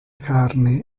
carne